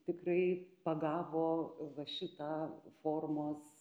tikrai pagavo va šitą formos